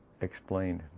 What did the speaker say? explained